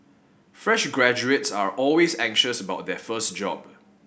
fresh graduates are always anxious about their first job